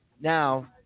now